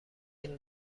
این